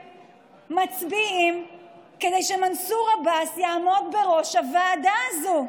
מצביעים כדי שמנסור עבאס יעמוד בראש הוועדה הזאת.